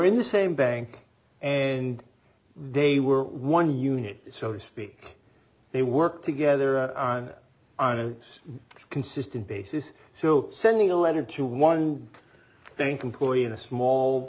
in the same bank and they were one unit so to speak they work together on a consistent basis so sending a letter to one thank them point a small